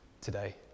today